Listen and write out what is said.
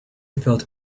felt